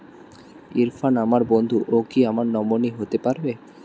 ইরফান আমার বন্ধু ও কি আমার নমিনি হতে পারবে?